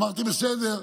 אמרתי: בסדר,